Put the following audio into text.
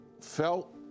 felt